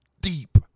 deep